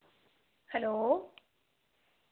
hello